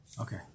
Okay